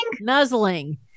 Nuzzling